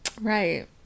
Right